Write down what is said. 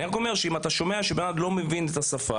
אני רק אומר שאם אתה שומע שבן אדם לא מבין את השפה